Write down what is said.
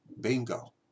bingo